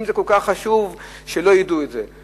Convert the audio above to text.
אם כל כך חשוב שלא ידעו את זה.